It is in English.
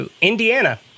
Indiana